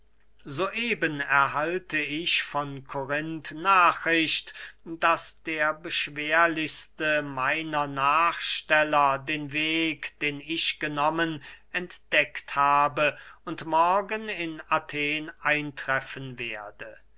eben erhalte ich von korinth nachricht daß der beschwerlichste meiner nachsteller den weg den ich genommen entdeckt habe und morgen in athen eintreffen werde